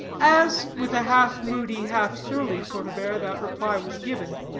as, with a half moody, half surly sort of air that reply was given,